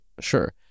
sure